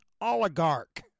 oligarch